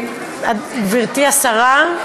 תודה, גברתי השרה,